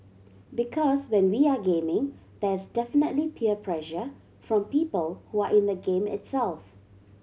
because when we are gaming there is definitely peer pressure from people who are in the game itself